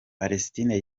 palestine